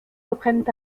reprennent